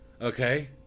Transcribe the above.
okay